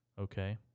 Okay